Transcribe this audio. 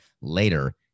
later